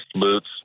boots